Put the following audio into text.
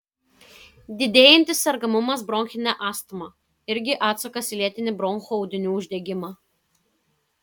didėjantis sergamumas bronchine astma irgi atsakas į lėtinį bronchų audinių uždegimą